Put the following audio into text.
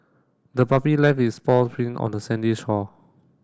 the puppy left its paw print on the sandy shore